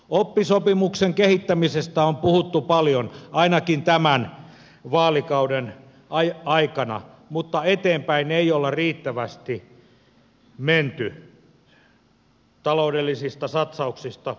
oppisopimuksen kehittämisestä on puhuttu paljon ainakin tämän vaalikauden aikana mutta eteenpäin ei olla riittävästi menty taloudellisista satsauksista huolimatta